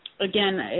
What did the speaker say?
again